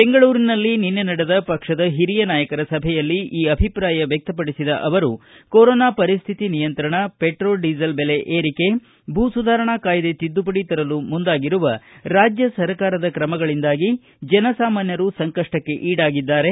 ಬೆಂಗಳೂರಿನಲ್ಲಿ ನಿನ್ನೆ ನಡೆದ ಪಕ್ಷದ ಹಿರಿಯ ನಾಯಕರ ಸಭೆಯಲ್ಲಿ ಈ ಅಭಿಪ್ರಾಯ ವ್ಯಕ್ತಪಡಿಸಿದ ಅವರು ಕೊರೊನಾ ಪರಿಸ್ಥಿತಿ ನಿಯಂತ್ರಣ ವೆಟ್ರೋಲ್ ಡಿಸೇಲ್ ಬೆಲೆ ಏರಿಕೆಗೆ ಕಡಿವಾಣ ಭೂಸುಧಾರಣಾ ಕಾಯ್ದೆ ತಿದ್ದುಪಡಿ ತರಲು ಮುಂದಾಗಿರುವ ರಾಜ್ಯ ಸರ್ಕಾರದ ಕ್ರಮಗಳಿಂದಾಗಿ ಜನಸಾಮಾನ್ಯರು ಸಂಕಷ್ಟಕ್ಕೆ ಈಡಾಗಿದ್ದಾರೆ